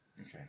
Okay